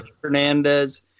Fernandez